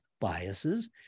Biases